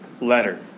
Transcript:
letter